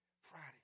Friday